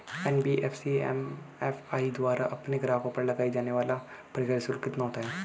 NBFC MFI द्वारा अपने ग्राहकों पर लगाए जाने वाला प्रक्रिया शुल्क कितना होता है?